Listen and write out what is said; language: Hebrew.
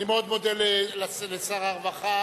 אני מאוד מודה לשר הרווחה.